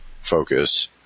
focus